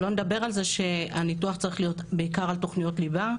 שלא נדבר על זה שהניתוח צריך להיות בעיקר על תוכניות ליבה,